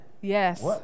Yes